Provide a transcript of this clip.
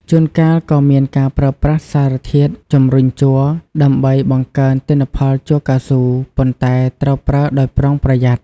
ជួនកាលក៏មានការប្រើប្រាស់សារធាតុជំរុញជ័រ ដើម្បីបង្កើនទិន្នផលជ័រកៅស៊ូ ប៉ុន្តែត្រូវប្រើដោយប្រុងប្រយ័ត្ន។